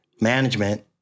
management